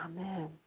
Amen